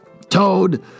Toad